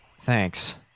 Thanks